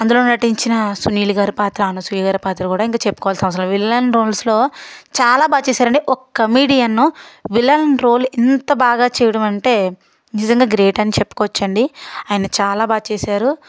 అందులో నటించినా సునీల్ గారు పాత్ర అనసూయ గారి పాత్ర కూడా ఇంకా చెప్పుకోవాల్సిన అవసరం లేదు విలన్ రోల్స్లో చాలా బాగా చేశారండి ఒక కమెడియన్ను విలన్ రోల్ ఇంత బాగా చేయడం అంటే నిజంగా గ్రేట్ అని చెప్పుకోవచ్చండి ఆయన చాలా బాగా చేశారు